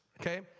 okay